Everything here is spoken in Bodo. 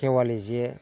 खेवालि जे